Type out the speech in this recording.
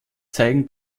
zeigen